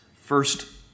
first